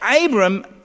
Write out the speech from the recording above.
Abram